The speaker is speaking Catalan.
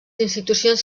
institucions